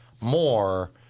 more